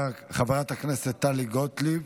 חברת הכנסת טלי גוטליב.